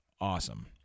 awesome